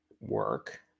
work